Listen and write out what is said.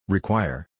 Require